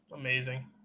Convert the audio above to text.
amazing